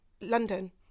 London